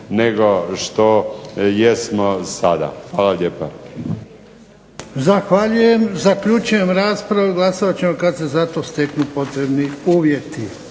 nego što jesmo sada. Hvala lijepa.